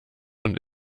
und